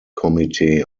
committee